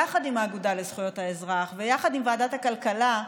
יחד עם האגודה לזכויות האזרח ויחד עם ועדת הכלכלה,